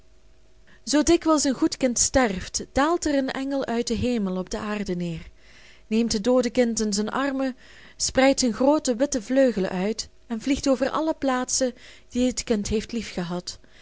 zoo dikwijls een goed kind sterft daalt er een engel uit den hemel op de aarde neer neemt het doode kind in zijn armen spreidt zijn groote witte vleugelen uit vliegt over alle plaatsen die het kind heeft